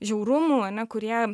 žiaurumų ane kurie